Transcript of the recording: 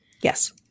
Yes